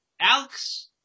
Alex